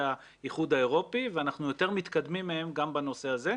האיחוד האירופי ואנחנו יותר מתקדמים מהם גם בנושא הזה.